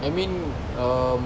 I mean um